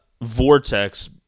vortex